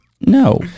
no